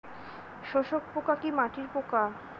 শোষক পোকা কি মাটির পোকা?